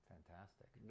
Fantastic